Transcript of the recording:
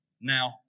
Now